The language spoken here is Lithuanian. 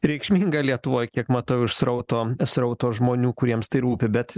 reikšminga lietuvoj kiek matau iš srauto srauto žmonių kuriems tai rūpi bet